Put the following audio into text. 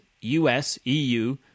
US-EU